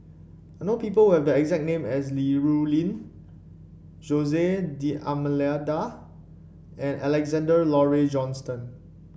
I know people who have the exact name as Li Rulin Jose D Almeida and Alexander Laurie Johnston